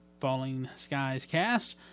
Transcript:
FallingSkiesCast